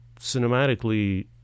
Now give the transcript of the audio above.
cinematically